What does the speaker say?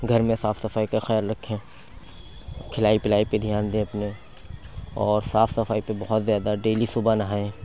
گھر میں صاف صفائی کا خیال رکھیں کھلائی پلائی پہ دھیان دیں اپنے اور صاف صفائی پہ بہت زیادہ ڈیلی صُبح نہائیں